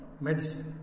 medicine